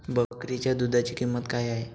बकरीच्या दूधाची किंमत काय आहे?